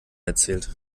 erzählt